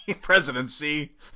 presidency